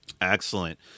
Excellent